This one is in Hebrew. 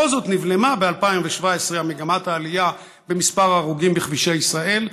בכל זאת נבלמה ב-2017 מגמת העלייה במספר ההרוגים בכבישי ישראל.